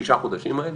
בשישה חודשים האלה,